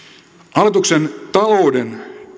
hallituksen